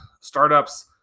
startups